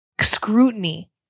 scrutiny